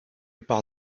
par